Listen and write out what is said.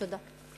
תודה.